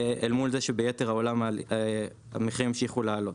אל מול זה שביתר העולם המחירים המשיכו לעלות.